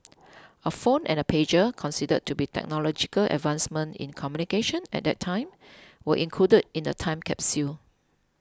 a phone and pager considered to be technological advancements in communication at that time were included in the time capsule